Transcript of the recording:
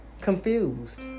confused